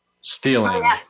stealing